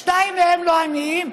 שניים מהם לא עניים,